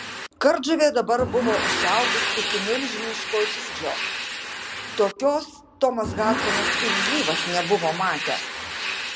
kardžuvė dabar buvo išaugus iki milžiniško dydžio tokios tomas hadsonas kaip gyvas nebuvo matęs